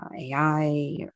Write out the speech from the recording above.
AI